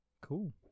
Cool